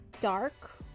dark